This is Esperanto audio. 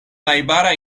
najbara